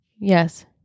Yes